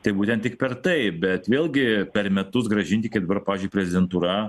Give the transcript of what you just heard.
tai būtent tik per tai bet vėlgi per metus grąžinti kaip dabar pavyzdžiui prezidentūra